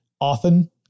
often